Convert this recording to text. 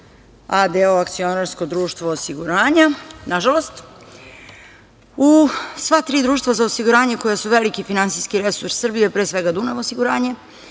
a.d.o, akcionarsko društvo osiguranja. Nažalost, u sva tri društva za osiguranje koja su veliki finansijski resurs Srbije, pre svega „Dunav osiguranje“,